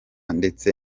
ndetse